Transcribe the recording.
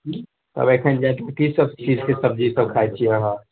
तब अखन कीसभ चीजकऽ सब्जीसभ खाइत छी अहाँ